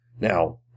Now